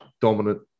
dominant